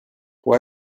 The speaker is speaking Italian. può